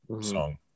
song